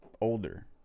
older